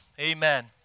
Amen